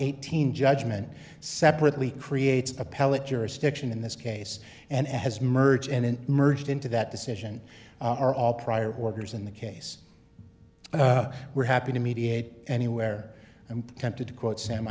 eighteen judgment separately creates appellate jurisdiction in this case and has merged and merged into that decision are all prior orders in the case and we're happy to mediate anywhere and tempted to quote sam